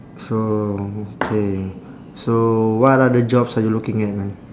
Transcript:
so okay so what other jobs are you looking at man